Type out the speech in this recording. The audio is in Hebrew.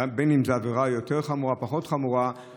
בין שזו עבירה יותר חמורה או פחות חמורה,